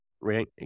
Right